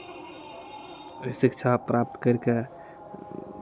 शिक्षा प्राप्त करि कऽ